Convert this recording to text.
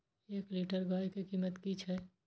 एक लीटर गाय के कीमत कि छै?